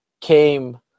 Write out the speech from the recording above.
came